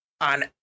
on